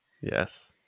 Yes